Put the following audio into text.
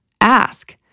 ask